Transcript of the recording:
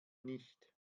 nicht